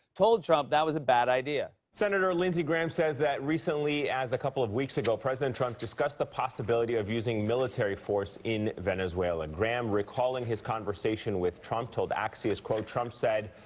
told trump that was a bad idea. senator lindsey graham says that recently as a couple of weeks ago, president trump discussed the possibility of using military force in venezuela. graham, recalling his conversation with trump, told axios, trump said,